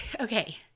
okay